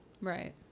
right